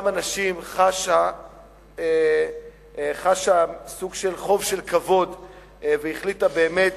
חשה חוב של כבוד לאותם אנשים והחליטה באמת